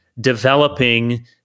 developing